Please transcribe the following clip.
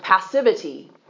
passivity